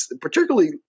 particularly